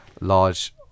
large